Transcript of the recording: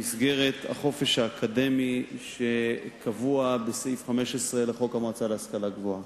במסגרת החופש האקדמי שקבוע בסעיף 15 לחוק המועצה להשכלה גבוהה.